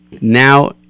now